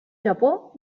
japó